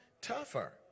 Tougher